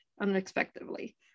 unexpectedly